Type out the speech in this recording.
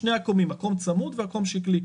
שני עקומים, עקום צמוד ועקום שקלי.